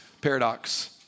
Paradox